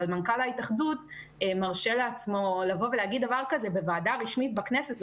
אבל מנכ"ל התאחדות מרשה לבוא ולהגיד דבר כזה בוועדה רשמית בכנסת,